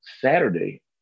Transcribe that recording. Saturday